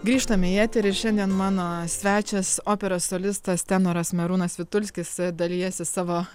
grįžtam į eterį ir šiandien mano svečias operos solistas tenoras merūnas vitulskis dalijasi savo